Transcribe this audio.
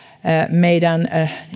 meidän